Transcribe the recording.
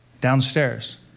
downstairs